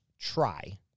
try